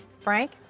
Frank